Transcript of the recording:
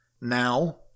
Now